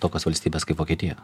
tokios valstybės kaip vokietija